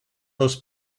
los